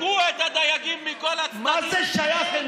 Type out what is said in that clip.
חנקו את הדייגים מכל הצדדים מה זה שייך?